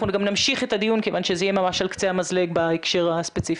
גם נמשיך את הדיון כיוון שזה יהיה ממש על קצה המזלג בהקשר הספציפי.